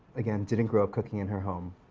again, didn't grow up cooking in her home,